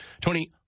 Tony